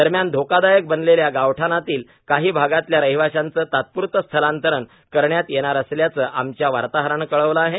दरम्यान धोकादायक बनलेल्या गावठाणातील काही भागांतल्या रहिवाशांचं तात्पुरतं स्थलांतर करण्यात येणार असल्याचं आमच्या वार्ताहरानं कळवलं आहे